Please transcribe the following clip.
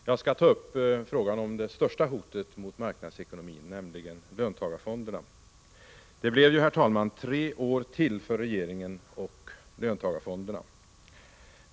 Jag skall ta upp frågan om det största hotet mot marknadsekonomin, nämligen löntagarfonderna. Det blev ju, herr talman, tre år till för regeringen och löntagarfonderna.